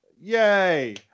Yay